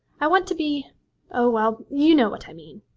i want to be oh, well, you know what i mean